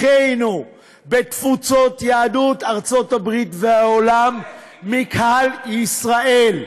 מוציאים 6 מיליון מאחינו בתפוצות יהדות ארצות הברית והעולם מקהל ישראל.